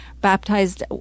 baptized